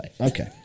Okay